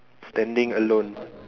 standing alone